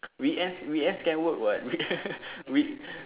weekend weekend can work [what] we we